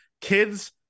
kids